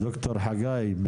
ד"ר חגי,